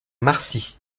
marcy